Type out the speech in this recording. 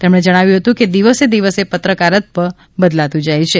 તેમણે જણાવ્યું હતું કે દિવસે દિવસે પત્રકારત્વ બદલાતું જાય છે